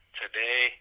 today